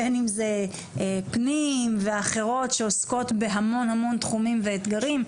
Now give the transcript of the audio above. בין אם זה פנים ואחרות שעוסקות בהמון תחומים ואתגרים.